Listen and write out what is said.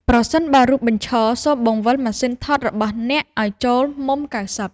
ប្រសិនបើរូបបញ្ឈរ សូមបង្វិលម៉ាស៊ីនថតរបស់អ្នកឱ្យចូលមុំ ៩០។